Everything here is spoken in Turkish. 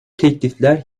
teklifler